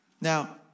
Now